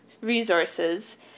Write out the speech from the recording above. resources